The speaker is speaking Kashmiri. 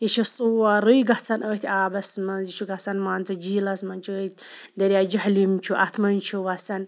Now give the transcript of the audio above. یہِ چھُ سورٕے گَژھان أتھۍ آبَس مَنٛز یہِ چھُ گَژھان مان ژٕ جیٖلَس مَنٛز دریاے جہلِم چھُ اَتھ مَنٛز چھُ وَسان